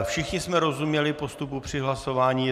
Všichni jsme rozuměli postupu při hlasování?